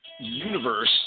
universe